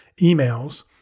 emails